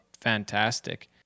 fantastic